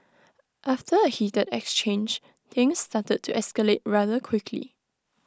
after A heated exchange things started to escalate rather quickly